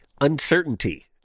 uncertainty